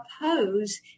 oppose